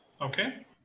Okay